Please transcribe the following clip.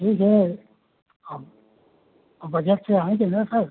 ठीक है अब बजट से आएँगे न सर